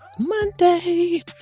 Monday